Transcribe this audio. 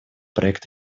проект